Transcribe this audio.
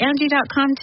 Angie.com